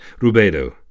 Rubedo